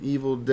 Evil